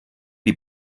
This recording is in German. die